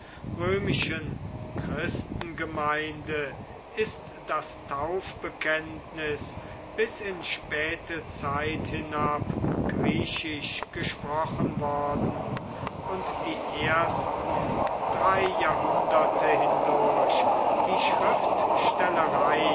römischen christengemeinde ist das taufbekenntnis bis in späte zeit hinab griechisch gesprochen worden und die ersten drei jahrhunderte hindurch die